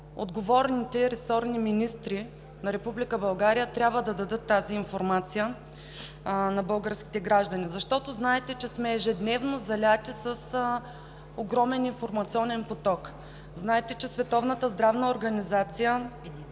отговорните ресорни министри на Република България трябва да дадат тази информация на българските граждани. Знаете, че сме заливани ежедневно с огромен информационен поток. Знаете, че Световната здравна организация